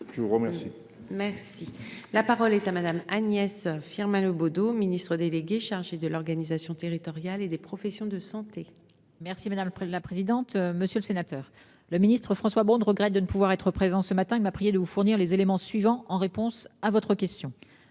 je vous remercie. Merci la parole est à Madame Agnès Firmin Le Bodo, Ministre délégué chargé de l'organisation territoriale et des professions de santé. Merci madame la présidente, monsieur le sénateur, le ministre François Braun regrette de ne pouvoir être présent ce matin il m'a prié de vous fournir les éléments suivants, en réponse à votre question.